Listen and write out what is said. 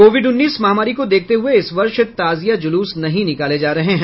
Covid उन्नीस महामारी को देखते हुए इस वर्ष ताजिया जुलूस नहीं निकाले जा रहे हैं